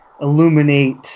illuminate